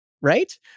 right